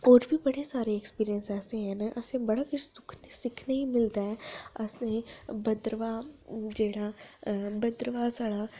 होर बी बड़े सारे एक्सपिरिंस ऐसे ऐ न असें गी बड़ा किश सिखने गी मिलदा ऐ असेंगी भद्रवाह जेह्ड़ा भद्रवाह साढ़ा